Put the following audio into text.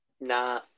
Nah